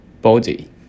body